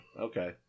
Okay